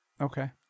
okay